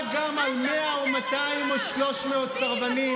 מי יטיס את המטוסים?